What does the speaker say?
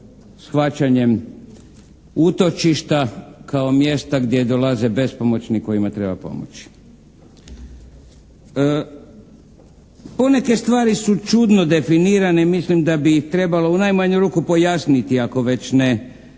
shvaćanjem utočišta kao mjesta gdje dolaze bespomoćni kojima treba pomoć. Poneke stvari su čudno definirane i mislim da bi ih trebalo u najmanju ruku pojasniti ako već ne